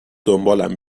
دنبالم